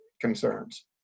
concerns